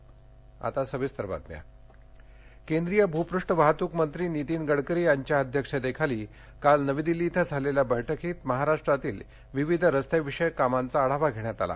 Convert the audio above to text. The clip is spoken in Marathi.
पणे रिंग रोड केंद्रीय भूपृष्ठ वाहतूकमंत्री नीतीन गडकरी यांच्या अध्यक्षतेखाली काल नवी दिल्ली इथं झालेल्या बैठकीत महाराष्ट्रातील विविध रस्ते विषयक कामांचा आढावा घेण्यात आला